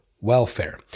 welfare